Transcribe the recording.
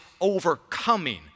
overcoming